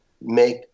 make